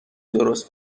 درست